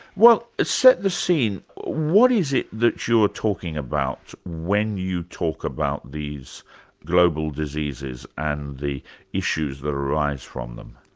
well, set the scene what is it that you're talking about when you talk about these global diseases and the issues that arise from them?